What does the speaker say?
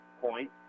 point